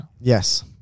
Yes